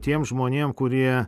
tiems žmonėm kurie